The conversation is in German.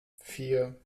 vier